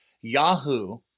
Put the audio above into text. Yahoo